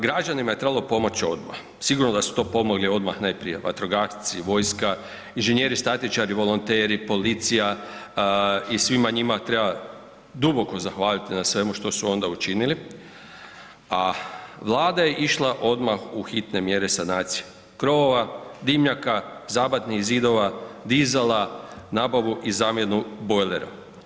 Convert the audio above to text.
Građanima je trebalo pomoć odma, sigurno da su to pomogli odmah najprije vatrogasci, vojska, inženjeri statičari, volonteri, policija i svima njima treba duboko zahvaliti na svemu što su onda učinili, a vlada je išla odmah u hitne mjere sanacije krovova, dimnjaka, zabatnih zidova, dizala, nabavu i zamjenu bojlera.